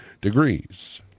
degrees